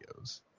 videos